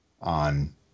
on